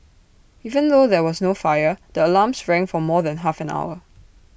even though there was no fire the alarms rang for more than half an hour